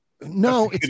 no